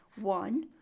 One